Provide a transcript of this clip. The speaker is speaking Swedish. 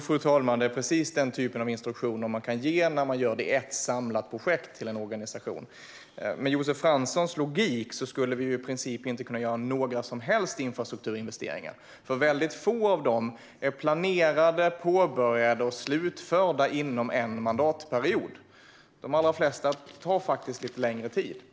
Fru talman! Det är precis den typen av instruktioner man kan ge när man gör detta i ett samlat projekt till en organisation. Med Josef Franssons logik skulle vi i princip inte kunna göra några som helst infrastrukturinvesteringar. Väldigt få av dem är planerade, påbörjade och slutförda inom en mandatperiod. De flesta tar faktiskt lite längre tid.